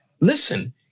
listen